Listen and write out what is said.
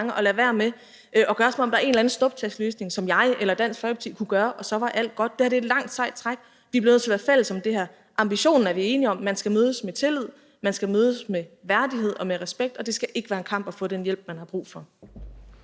at lade være med at lade, som om der er en eller anden snuptagsløsning, som jeg eller Dansk Folkeparti kunne bruge, og så var alt godt. Det her er et langt, sejt træk. Vi bliver nødt til at være fælles om det her. Ambitionen er vi enige om: Man skal mødes med tillid, man skal mødes med værdighed og respekt, og det skal ikke være en kamp at få den hjælp, man har brug for.